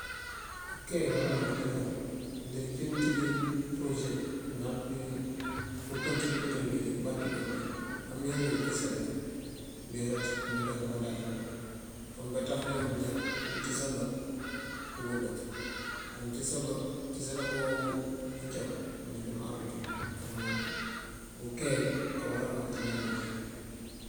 Ukeey wara mak ti ñáan mëndik ci mţijëpërose. hum maŋal pëpën ţiţëko ţi mciţi pëband ţëkoţëlon amjabe icësarek mberaţ nduţa këbandaaţu dul kon bi baţaf joon bëga mëcësaba këwëbët amëcësaba mëcësaraba ucaw mdikë mar ujun, kon ukeey awara mak diñáan najín.